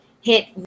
hit